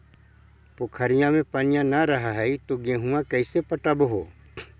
पोखरिया मे पनिया न रह है तो गेहुमा कैसे पटअब हो?